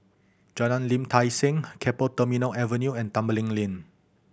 Jalan Lim Tai See Keppel Terminal Avenue and Tembeling Lane